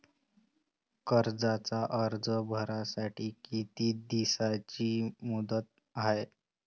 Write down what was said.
कर्जाचा अर्ज भरासाठी किती दिसाची मुदत हाय?